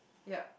yep